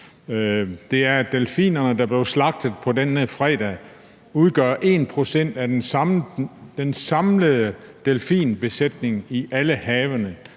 det er, at delfinerne, der blev slagtet den søndag, udgør 1 pct. af den samlede delfinbesætning i alle havene,